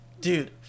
Dude